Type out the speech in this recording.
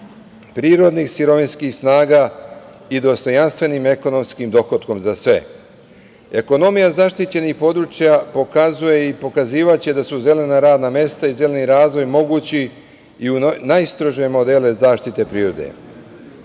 prirodnih sirovinskih snaga i dostojanstvenim ekonomskim dohotkom za sve. Ekonomija zaštićenih područja pokazuje i pokazivaće da su zelena radna mesta i zeleni razvoj mogući i u najstrožem modelu zaštite prirode.